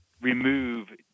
remove